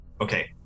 Okay